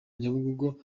nyabugogo